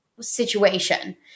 situation